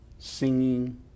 singing